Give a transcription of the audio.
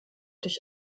durch